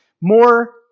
more